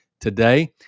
today